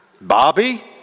Bobby